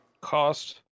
Cost